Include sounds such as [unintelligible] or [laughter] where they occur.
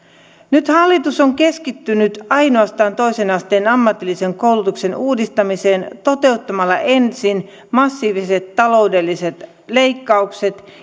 nyt hallitus on keskittynyt ainoastaan toisen asteen ammatillisen koulutuksen uudistamiseen toteuttamalla ensin massiiviset taloudelliset leikkaukset [unintelligible]